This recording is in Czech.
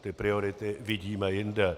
Ty priority vidíme jinde.